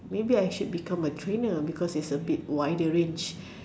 maybe I should become a trainer because it is a bit wider range